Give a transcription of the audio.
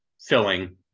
filling